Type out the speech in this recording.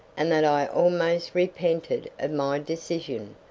and that i almost repented of my decision,